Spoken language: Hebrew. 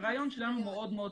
הרעיון שלנו הוא מאוד פשוט,